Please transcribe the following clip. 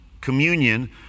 communion